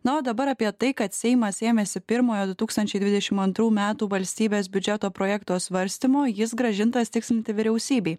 na o dabar apie tai kad seimas ėmėsi pirmojo du tūkstančiai dvidešim antrų metų valstybės biudžeto projekto svarstymo jis grąžintas tikslinti vyriausybei